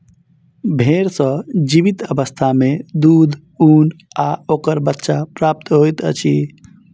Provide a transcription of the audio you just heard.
भेंड़ सॅ जीवित अवस्था मे दूध, ऊन आ ओकर बच्चा प्राप्त होइत अछि